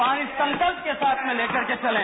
पानी संकल्प के साथ में लेकर के चलें